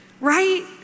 right